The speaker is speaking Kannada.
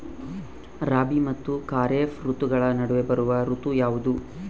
ರಾಬಿ ಮತ್ತು ಖಾರೇಫ್ ಋತುಗಳ ನಡುವೆ ಬರುವ ಋತು ಯಾವುದು?